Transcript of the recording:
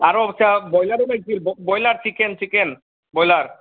আৰু ব্ৰয়লাৰো লাগিছিলে বয়লাৰ চিকেন চিকেন বয়লাৰ